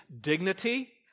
dignity